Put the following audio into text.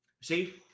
See